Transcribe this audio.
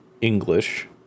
English